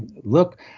look